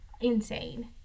insane